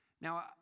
Now